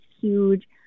huge